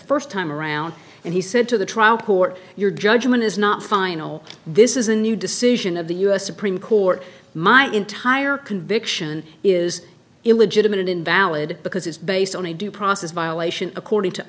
first time around and he said to the trial court your judgment is not final this is a new decision of the u s supreme court my entire conviction is illegitimate invalid because it's based on a due process violation according to